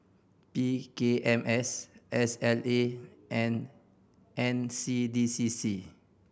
P K M S S L A and N C D C C